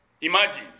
Imagine